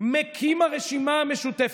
מקים הרשימה המשותפת.